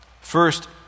First